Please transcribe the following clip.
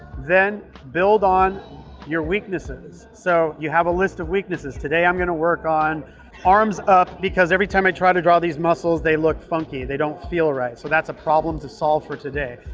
then build on your weaknesses so you have a list of weaknesses. today, i'm going to work on arms up because every time i try to draw these muscles, they look funky, they don't feel right so that's a problem to solve for today.